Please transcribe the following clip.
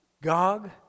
Gog